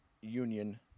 Union